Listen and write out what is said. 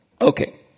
Okay